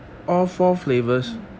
um